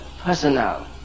personal